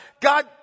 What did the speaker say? God